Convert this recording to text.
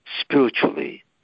spiritually